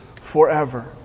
forever